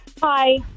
Hi